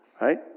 Right